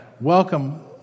welcome